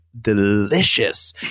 delicious